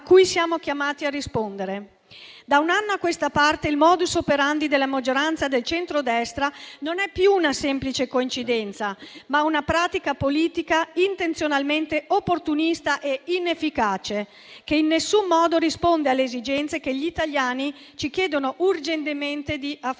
cui siamo chiamati a rispondere. Da un anno a questa parte, il *modus operandi* della maggioranza del centrodestra non è più una semplice coincidenza, ma una pratica politica intenzionalmente opportunista e inefficace, che in nessun modo risponde alle esigenze che gli italiani ci chiedono urgentemente di affrontare.